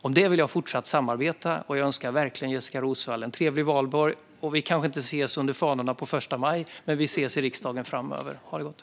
Om det vill jag fortsätta samarbeta. Jag önskar verkligen Jessika Roswall en trevlig valborg. Vi kanske inte ses under fanorna den 1 maj, men vi ses i riksdagen framöver. Ha det gott!